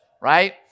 right